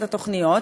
את התוכניות,